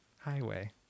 highway